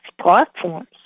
platforms